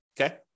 okay